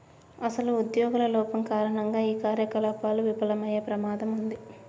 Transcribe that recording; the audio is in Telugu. అసలు ఉద్యోగుల లోపం కారణంగా ఈ కార్యకలాపాలు విఫలమయ్యే ప్రమాదం ఉంది